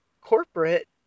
corporate